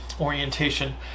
orientation